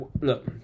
look